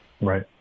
right